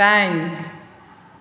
दाइन